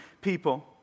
people